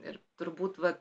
ir turbūt vat